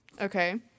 Okay